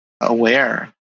aware